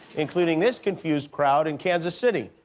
including this confused crowd in kansas city.